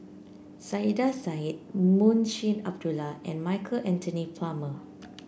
Saiedah Said Munshi Abdullah and Michael Anthony Palmer